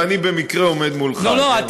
ואני במקרה עומד מולך.